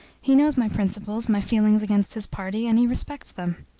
he knows my principles, my feelings against his party, and he respects them.